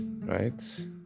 right